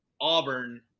Auburn